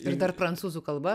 ir dar prancūzų kalba